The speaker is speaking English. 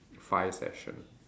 five session